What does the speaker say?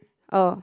oh